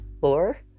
four